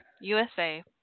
USA